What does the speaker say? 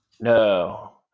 No